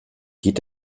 geht